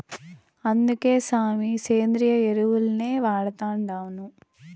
అందుకే సామీ, సేంద్రియ ఎరువుల్నే వాడతండాను